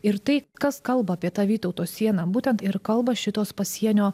ir tai kas kalba apie tą vytauto sieną būtent ir kalba šitos pasienio